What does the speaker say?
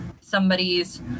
somebody's